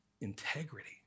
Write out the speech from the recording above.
integrity